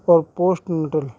اور پوسٹ نٹل